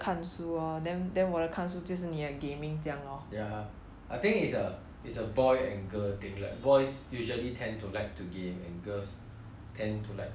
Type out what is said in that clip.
ya I think is a is a boy and girl thing boys usually tend to like to game and girls tend to like to read I don't know it's this stereotype ah